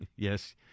Yes